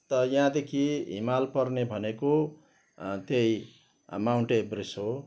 त यहाँदेखि हिमाल पर्ने भनेको त्यही माउन्ट एभरेस्ट हो